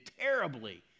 terribly